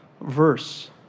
verse